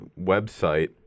website